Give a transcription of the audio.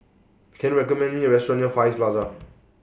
Can YOU recommend Me A Restaurant near Far East Plaza